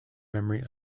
memory